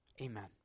Amen